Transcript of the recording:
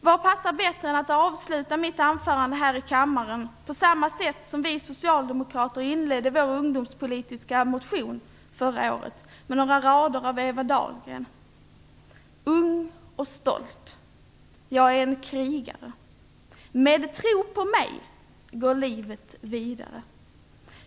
Vad passar bättre än att avsluta mitt anförande här i kammaren på samma sätt som vi socialdemokrater inledde vår ungdomspolitiska motion förra året med några rader av Eva Dahlgren: Ung och stolt, jag är en krigare. Med tro på mig går livet vidare.